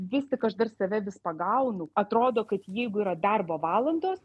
vis tik aš dar save vis pagaunu atrodo kad jeigu yra darbo valandos